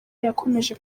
yakomeje